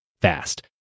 fast